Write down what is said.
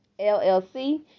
LLC